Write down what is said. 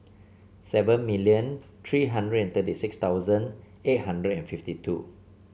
seven million three hundred thirty six thousand eight hundred and fifty two